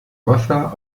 wasser